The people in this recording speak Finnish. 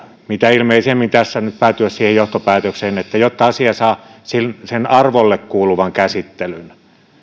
mitä ilmeisimmin tässä nyt päätyä siihen johtopäätökseen että jotta asia saa sen arvolle kuuluvan käsittelyn